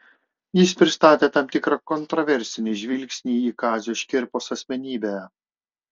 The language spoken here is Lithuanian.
jis pristatė tam tikrą kontraversinį žvilgsnį į kazio škirpos asmenybę